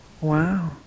Wow